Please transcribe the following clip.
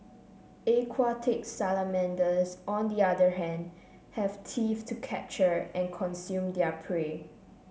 aquatic salamanders on the other hand have teeth to capture and consume their prey